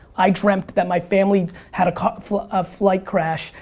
i dreamt that my family had a flight ah flight crash,